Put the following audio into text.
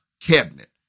cabinet